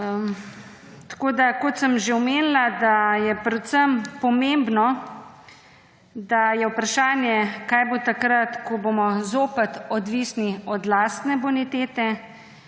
pravice. Kot sem že omenila, da je predvsem pomembno, da je vprašanje, kaj bo takrat, ko bomo zopet odvisni od lastne bonitete